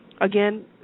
again